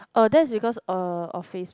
oh that's because uh of FaceBook